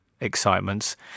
excitements